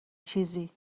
چیزی